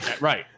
Right